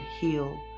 heal